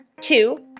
Two